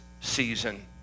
season